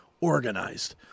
Organized